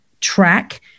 track